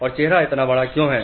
और चेहरा इतना बड़ा क्यों है